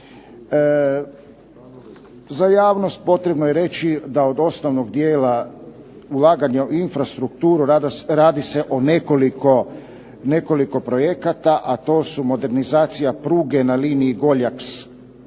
Za javnost potrebno je reći da od osnovnog dijela ulaganja u infrastrukturu radi se o nekoliko projekata, a to su modernizacija pruge na liniji Goljak